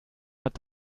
hat